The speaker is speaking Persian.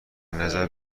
نظر